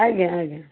ଆଜ୍ଞା ଆଜ୍ଞା